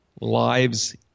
lives